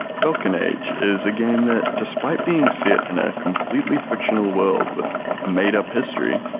falcon age is a game that despite being set in a completely fictional world with a made-up history,